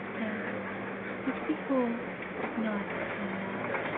and sixty-four nights from now,